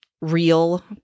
real